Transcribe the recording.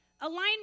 alignment